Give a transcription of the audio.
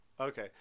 Okay